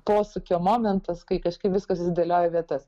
posūkio momentas kai kažkaip viskas susidėlioja į vietas